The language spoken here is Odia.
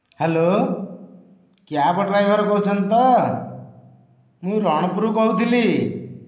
ହ୍ୟାଲୋ କ୍ୟାବ୍ ଡ୍ରାଇଭର୍ କହୁଛନ୍ତି ତ ମୁଁ ରଣପୁରରୁ କହୁଥିଲି